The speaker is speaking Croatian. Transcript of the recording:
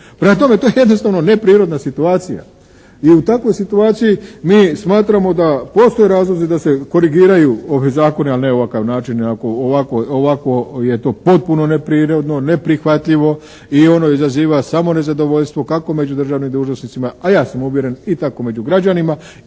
Prema tome, to je jednostavno neprirodna situacija. I u takvoj situaciji mi smatramo da postoje razlozi da se korigiraju ovi zakoni ali ne na ovakav način. Ovako je to potpuno neprirodno, neprihvatljivo i ono izaziva samo nezadovoljstvo kako među državnim dužnosnicima a ja sam uvjeren i tako među građanima